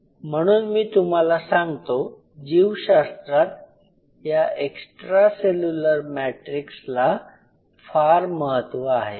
म्हणून मी तुम्हाला सांगतो जीवशास्त्रात या एक्स्ट्रा सेल्युलर मॅट्रिक्सला फार महत्त्व आहे